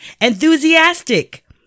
enthusiastic